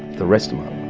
the rest of my